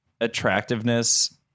attractiveness